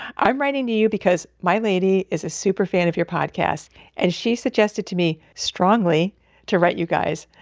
i'm writing to you because my lady is a super fan of your podcast and she suggested to me strongly to write you guys.